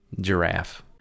giraffe